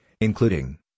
including